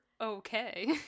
okay